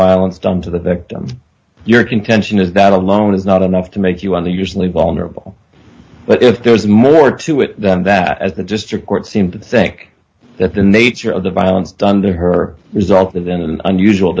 violence done to the victim your contention is that alone is not enough to make you are usually wallner of all but if there was more to it than that at the district court seem to think that the nature of the violence done to her resulted in an unusual